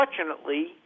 Unfortunately